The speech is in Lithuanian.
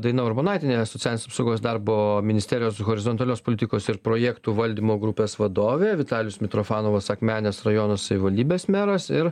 daina urbonaitienė socialinės apsaugos darbo ministerijos horizontalios politikos ir projektų valdymo grupės vadovė vitalijus mitrofanovas akmenės rajono savivaldybės meras ir